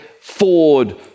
Ford